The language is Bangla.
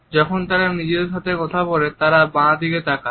যখন তারা নিজের সাথে কথা বলে তারা বাঁদিকে নিচে তাকান